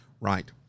Right